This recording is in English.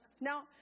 Now